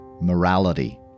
morality